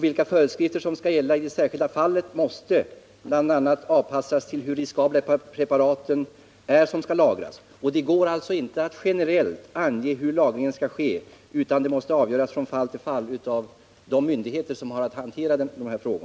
Vilka föreskrifter som skall gälla i det enskilda fallet måste bli beroende bl.a. av hur skadliga de lagrade preparaten är. Det går alltså inte att generellt ange hur lagringen skall ske, utan det måste från fall till fall avgöras av de myndigheter som har att hantera dessa frågor.